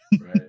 Right